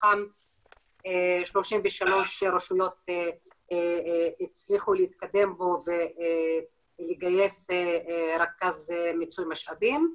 מתוכן 33 רשויות הצליחו להתקדם בו ולגייס רכז מיצוי משאבים.